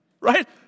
right